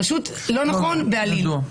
פשוט לא נכון בעליל.